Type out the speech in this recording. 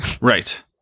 Right